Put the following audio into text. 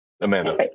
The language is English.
Amanda